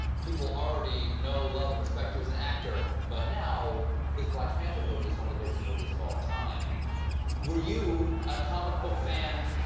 people already know, love, and respect you as an actor. but now this black panther movie is one of the biggest movies of all time purpose you a comic book fan